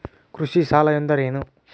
ಕೃಷಿ ಸಾಲ ಅಂದರೇನು?